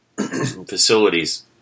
facilities